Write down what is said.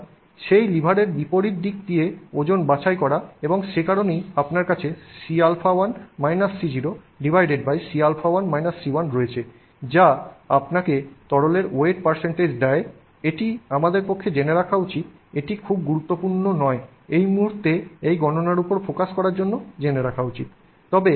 সুতরাং সেই লিভারের বিপরীত দিক দিয়ে ওজন বাছাই করা এবং সে কারণেই আপনার কাছে Cα1 C0 Cα1 Cl রয়েছে যা আপনাকে তরলের ওয়েট দেয় এটি আমাদের পক্ষে জেনে রাখা উচিত এটি খুব গুরুত্বপূর্ণ নয় এই মুহুর্তে এই গণনার উপর ফোকাস করার জন্য জেনে রাখা উচিত